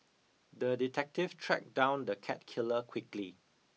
the detective tracked down the cat killer quickly